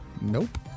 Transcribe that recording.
Nope